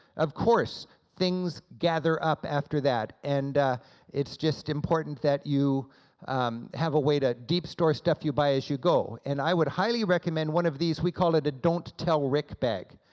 of course things gather up after that, and it's just important that you have a way to deep store stuff you buy as you go. and i would highly recommend one of these, we call it a don't tell rick bag.